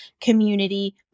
community